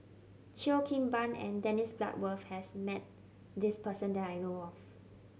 Cheo Kim Ban and Dennis Bloodworth has met this person that I know of